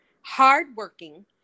hardworking